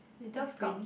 Little Prince